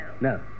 No